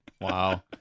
Wow